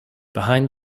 behind